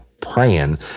praying